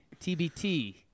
TBT